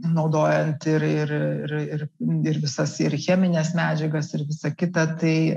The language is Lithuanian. naudojant ir ir ir ir ir visas ir chemines medžiagas ir visa kita tai